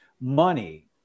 Money